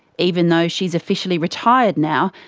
even though she's officially retired now,